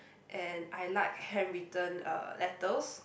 and I like handwritten uh letters